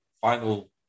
final